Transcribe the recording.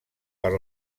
per